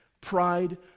pride